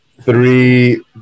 three